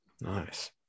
nice